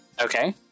Okay